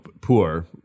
poor